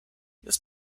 this